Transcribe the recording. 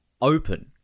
open